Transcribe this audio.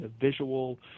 visual